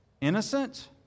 Innocent